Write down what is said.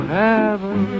heaven